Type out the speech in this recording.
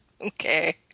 Okay